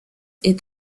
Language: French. est